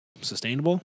sustainable